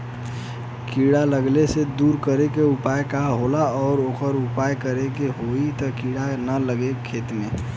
कीड़ा लगले के दूर करे के उपाय का होला और और का उपाय करें कि होयी की कीड़ा न लगे खेत मे?